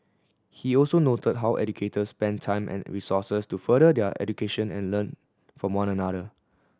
he also noted how educators spend time and resources to further their education and learn from one another